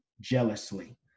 jealously